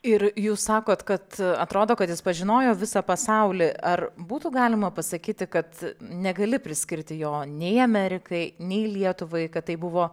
ir jūs sakot kad atrodo kad jis pažinojo visą pasaulį ar būtų galima pasakyti kad negali priskirti jo nei amerikai nei lietuvai kad tai buvo